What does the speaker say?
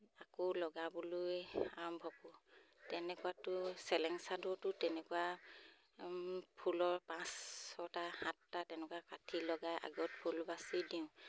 আকৌ লগাবলৈ আৰম্ভ কৰোঁ তেনেকুৱাতো চেলেং চাদৰতো তেনেকুৱা ফুলৰ পাঁচ ছটা সাতটা তেনেকুৱা কাঠি লগাই আগত ফুল বাচি দিওঁ